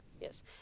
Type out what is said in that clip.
Yes